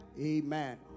Amen